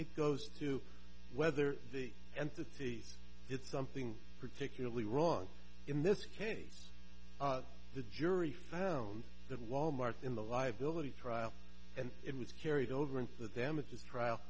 it goes to whether the entity it's something particularly wrong in this case the jury found that wal mart in the liability trial and it was carried over in the damages trial